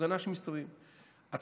הפגנה שמסתובבים בה,